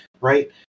right